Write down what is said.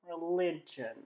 religion